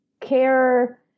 care